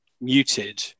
muted